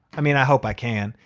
i mean, i hope i can.